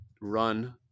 run